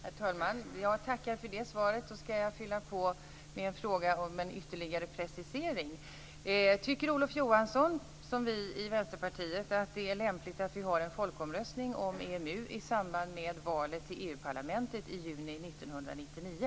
Herr talman! Jag tackar för det svaret och skall fylla på med en fråga om en ytterligare precisering. Tycker Olof Johansson som vi i Vänsterpartiet att det är lämpligt att vi har en folkomröstning om EMU i samband med valet till EU-parlamentet i juni 1999?